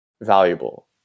valuable